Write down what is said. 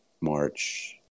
March